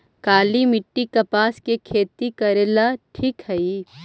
काली मिट्टी, कपास के खेती करेला ठिक हइ?